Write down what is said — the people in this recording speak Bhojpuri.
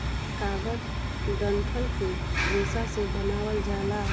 कागज डंठल के रेशा से बनावल जाला